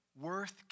worth